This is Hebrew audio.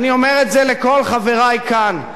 אני אומר את זה לכל חברי כאן.